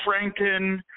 Franken